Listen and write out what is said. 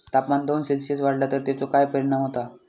तापमान दोन सेल्सिअस वाढला तर तेचो काय परिणाम होता?